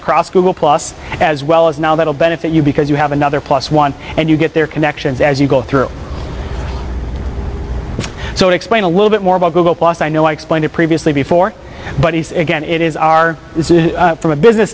across google plus as well as now that'll benefit you because you have another plus one and you get their connections as you go through so explain a little bit more about google plus i know i explained it previously before but again it is our from a business